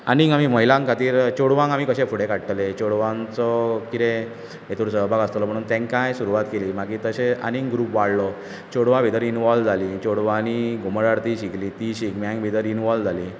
आनीक आमी महिलां खातीर चोडवांक आमी कशें फुडें काडटले चेडवांचो कितें हेतूंत सहभाग आसतलो म्हणून तेंकांय सुरवात केली मागीर तशे आनीक ग्रूप वाडलो चोडवां भितर इनवोल्व जालीं चोडवांनी घुमट आरती शिकलीं तीं शिगम्यांत भितर इनवोल्व जालीं